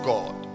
God